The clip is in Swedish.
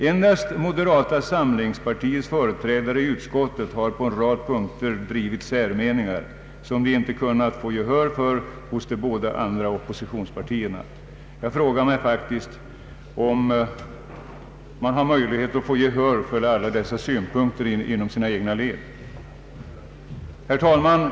Endast moderata samlingspartiets företrädare i utskottet har på en rad punkter drivit särmeningar, som de inte kunnat få gehör för hos de båda andra oppositionspartierna. Jag frågar mig faktiskt om man har möjlighet att få gehör för alla dessa synpunkter inom de egna 1eden. Herr talman!